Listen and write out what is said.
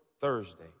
Thursday